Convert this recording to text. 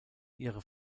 ihre